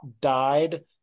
died